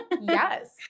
Yes